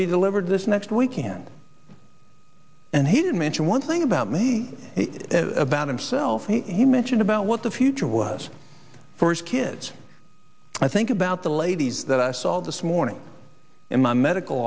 be delivered this next weekend and he did mention one thing about me about himself and he mentioned about what the future was for its kids i think about the ladies that i saw this morning in my medical